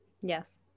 Yes